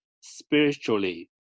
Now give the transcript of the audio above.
spiritually